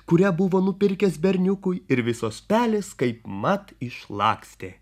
kurią buvo nupirkęs berniukui ir visos pelės kaipmat išlakstė